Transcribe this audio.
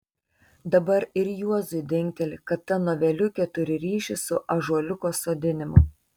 dabar ir juozui dingteli kad ta noveliukė turi ryšį su ąžuoliuko sodinimu